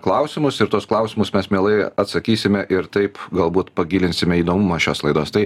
klausimus ir tuos klausimus mes mielai atsakysime ir taip galbūt pagilinsime įdomumą šios laidos tai